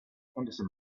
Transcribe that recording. henderson